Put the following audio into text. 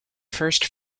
first